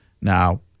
Now